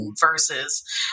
versus